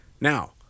Now